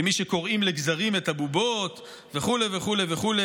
כמי שקורעים לגזרים את הבובות וכו' וכו' וכו',